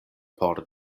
por